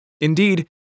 Indeed